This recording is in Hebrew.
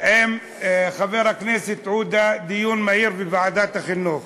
עם חבר הכנסת עודה דיון מהיר בוועדת החינוך